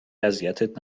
اذیتت